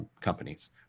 companies